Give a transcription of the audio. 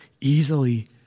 easily